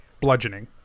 bludgeoning